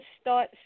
start